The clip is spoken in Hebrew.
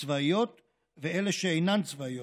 צבאיות ואלה שאינן צבאיות,